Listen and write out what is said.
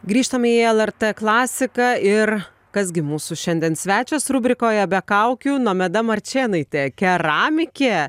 grįžtam į lrt klasiką ir kas gi mūsų šiandien svečias rubrikoje be kaukių nomeda marčėnaitė keramikė